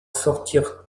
sortir